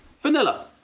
vanilla